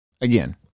Again